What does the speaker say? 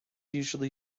usually